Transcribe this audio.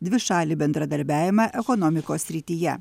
dvišalį bendradarbiavimą ekonomikos srityje